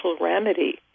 remedy